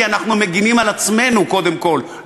כי אנחנו מגינים על עצמנו קודם כול,